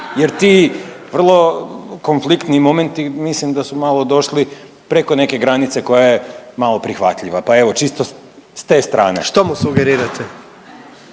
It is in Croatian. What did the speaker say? jer ti vrlo konfliktni momenti mislim da su malo došli preko neke granice koja je malo prihvatljiva pa evo, čisto s te strane. **Jandroković,